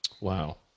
Wow